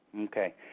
Okay